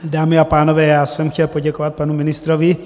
Dámy a pánové, já jsem chtěl poděkovat panu ministrovi.